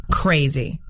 crazy